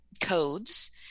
codes